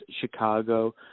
Chicago